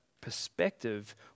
perspective